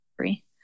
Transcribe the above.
three